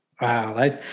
Wow